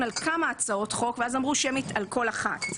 על כמה הצעות חוק ואז אמרו שמית על כל אחת.